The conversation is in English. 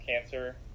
cancer